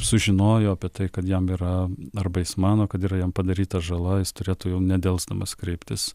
sužinojo apie tai kad jam yra arba jis mano kad yra jam padaryta žala jis turėtų jau nedelsdamas kreiptis